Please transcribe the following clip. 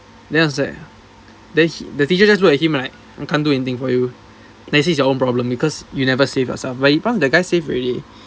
then I was like then the teacher just look at him like I can't do anything for you then he say it's your own problem because you never save yourself but in front that guy saved already